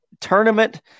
tournament